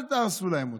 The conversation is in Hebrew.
אל תהרסו להם אותו.